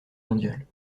mondiale